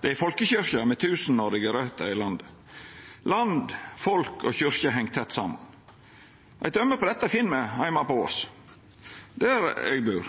Det er ei folkekyrkje med tusenårige røter i landet. Land, folk og kyrkje heng tett saman. Eit døme på dette finn me heime på Voss, der eg bur.